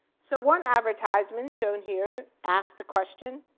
so one advertisement shown here asked the question,